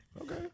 okay